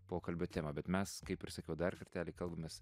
pokalbio temą bet mes kaip ir sakiau dar kartelį kalbamės